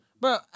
Bro